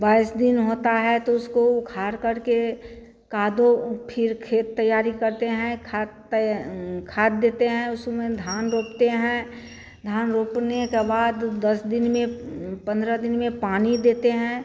बाईस दिन होता है तो उसको उखारकड़ के कादो उह फिर खेत तैयारी करते हैं खाद खाद देते हैं उसमें धान रोपते हैं धान रोपने के बाद ऊ दस दिन में पन्द्रह दिन में पानी देते हैं